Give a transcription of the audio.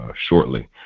shortly